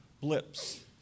blips